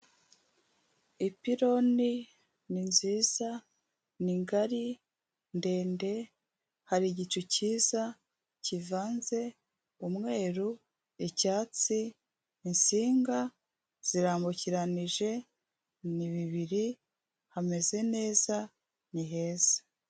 Ipironi ni nziza ni ngari ndende hari igicu cyiza kivanze umweru icyatsi insinga zirambukiranije ni bibiri hameze neza ni heza.